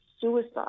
suicide